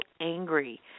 angry